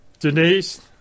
Denise